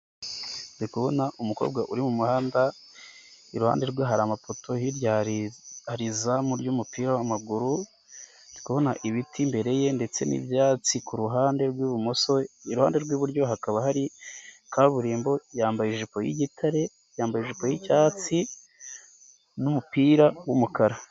Ndikubona umukobwa uri mu muhanda iruhande rwe hari amapoto hirya hari izamu ry'umupira w'amaguru, ndi kubona ibiti imbere ye ndetse n'ibyatsi kuruhande rw'ibumoso iruhande rw'iburyo hakaba hari kaburimbo, yambaye ijipo y'igitare yambaye ijipo y'icyatsi n'umupira w'umukara.